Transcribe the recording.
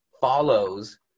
follows